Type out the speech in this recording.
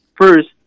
First